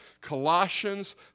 colossians